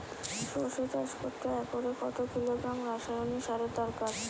সরষে চাষ করতে একরে কত কিলোগ্রাম রাসায়নি সারের দরকার?